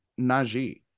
Najee